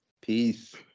peace